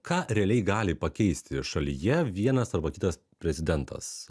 ką realiai gali pakeisti šalyje vienas arba kitas prezidentas